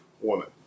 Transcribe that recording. woman